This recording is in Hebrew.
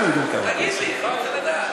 אנחנו יודעים כמה כסף.